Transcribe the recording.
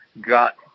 got